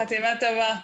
חתימה טובה.